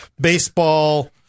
baseball